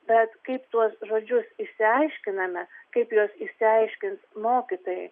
bet kaip tuos žodžius išsiaiškiname kaip juos išsiaiškins mokytojai